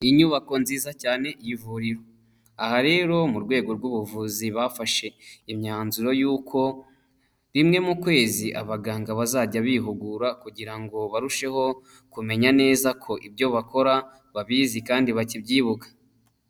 Inyubako nziza cyane ivuriro, aha rero mu rwego rw'ubuvuzi bafashe imyanzuro y'uko rimwe mu kwezi abaganga bazajya bihugura, kugira ngo barusheho kumenya neza ko ibyo bakora babizi kandi bakibyibuka.